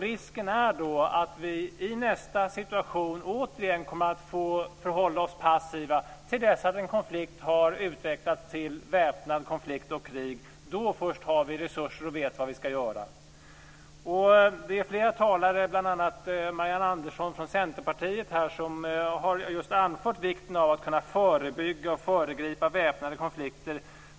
Risken är då att vi i nästa situation återigen kommer att förhålla oss passiva till dess att en konflikt har utvecklats till väpnad konflikt och krig. Då först har vi resurser och vet vad vi ska göra. Det är flera talare, bl.a.Marianne Andersson från Centerpartiet, som har anfört just vikten av att kunna förebygga och föregripa väpnade konflikter.